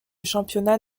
championnat